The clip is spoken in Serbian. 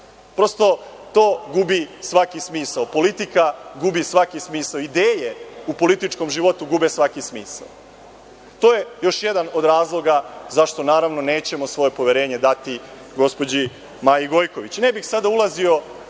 Prosto to gubi svaki smisao. Politika gubi svaki smisao, ideje u političkom životu gube svaki smisao. To je još jedan od razloga zašto, naravno, nećemo svoje poverenje dati gospođi Maji Gojković. Ne bih sada ulazio